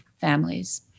families